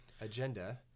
agenda